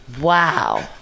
Wow